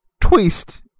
twist